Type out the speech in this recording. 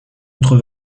autre